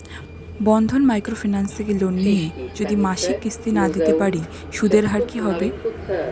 বন্ধন micro finance থেকে loan নিয়ে যদি মাসিক কিস্তি না দিতে পারি সুদের হার কি হবে?